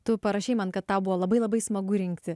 tu parašei man kad tau buvo labai labai smagu rinkti